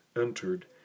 entered